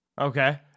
Okay